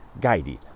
Guided